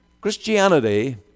Christianity